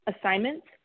assignments